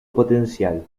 potencial